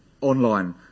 online